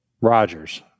Rogers